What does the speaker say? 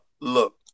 Look